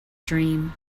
dream